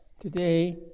today